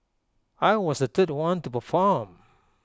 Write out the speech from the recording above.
I was the third one to perform